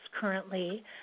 currently